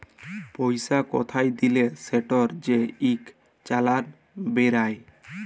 পইসা কোথায় দিলে সেটর যে ইক চালাল বেইরায়